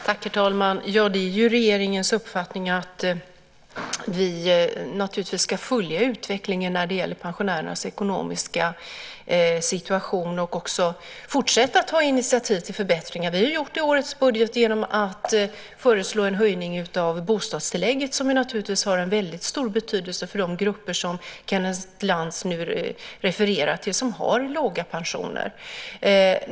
Herr talman! Det är regeringens uppfattning att vi ska följa utvecklingen när det gäller pensionärernas ekonomiska situation och också fortsätta att ta initiativ till förbättringar. Vi har gjort det i årets budget genom att föreslå en höjning av bostadstillägget som naturligtvis har en väldigt stor betydelse för de grupper som Kenneth Lantz nu refererar till och som har låga pensioner.